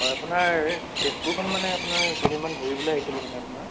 হয় আপোনাৰ এই তেজপুৰখন মানে আপোনাৰ কেইদিনমান ঘূৰিবলৈ আহিছিলোঁ মানে আপোনাৰ